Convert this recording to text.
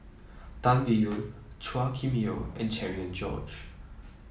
Tan Biyun Chua Kim Yeow and Cherian George